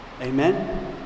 Amen